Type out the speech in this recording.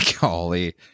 Golly